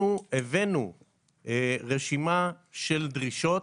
אנחנו הבאנו רשימה של דרישות,